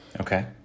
Okay